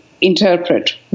interpret